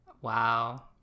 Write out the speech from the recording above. Wow